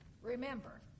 Remember